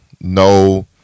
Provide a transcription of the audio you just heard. no